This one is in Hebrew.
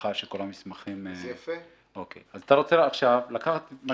בהנחה שכל המסמכים --- אז אתה רוצה עכשיו לקחת את מה